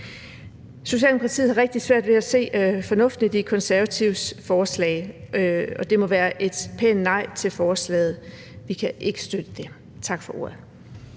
Socialdemokratiet har rigtig svært ved at se fornuften i De Konservatives forslag, og det må være et pænt nej til forslaget. Vi kan ikke støtte det. Tak for ordet.